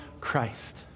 Christ